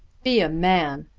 be a man!